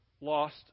lost